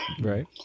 Right